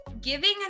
giving